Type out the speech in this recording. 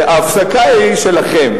ההפסקה היא שלכם".